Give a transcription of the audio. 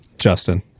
Justin